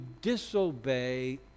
disobey